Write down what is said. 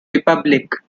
republic